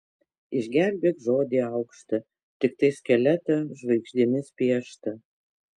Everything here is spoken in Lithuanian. išgelbėk žodį aukštą tiktai skeletą žvaigždėmis pieštą